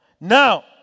Now